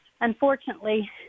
unfortunately